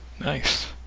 Nice